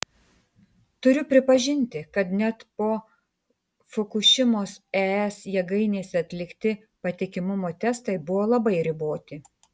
turiu pripažinti kad net po fukušimos es jėgainėse atlikti patikimumo testai buvo labai riboti